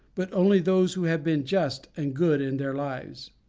but only those who have been just and good in their lives.